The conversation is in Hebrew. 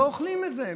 לא אוכלים את זה.